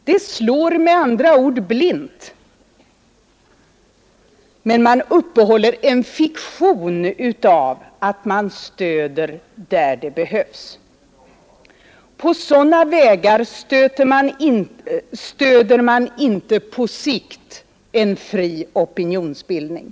Det slår med andra ord blint, men man uppehåller en fiktion av att man = Nr 85 TN sd det Rtre 5 Få RR Na 5 Onsdagen den å sådana vägar stöder man inte på sikt en fri opinionsbildning.